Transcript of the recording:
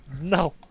No